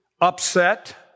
upset